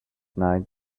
night